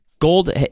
Gold